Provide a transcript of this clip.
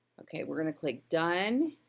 okay, we're gonna click done.